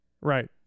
right